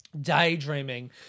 daydreaming